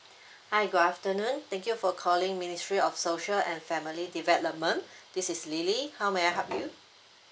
hi good afternoon thank you for calling ministry of social and family development this is lily how may I help you